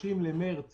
ב-30 למרץ